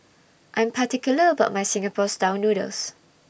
I Am particular about My Singapore Style Noodles